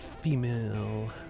female